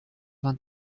vingt